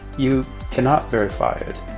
you cannot verify it.